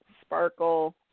sparkle